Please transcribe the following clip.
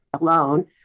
alone